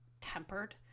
tempered